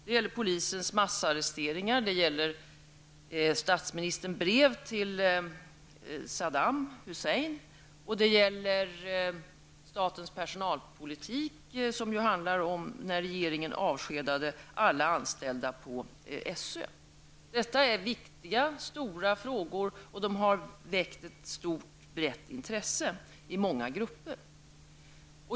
Det gäller polisens massarresteringar, statsministerns brev till Saddam Dessa frågor är stora och viktiga, och de har väckt ett stort och brett intresse i många grupper.